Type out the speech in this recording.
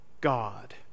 god